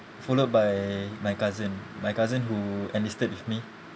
followed by my cousin my cousin who enlisted with me